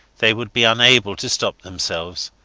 they would be unable to stop themselves.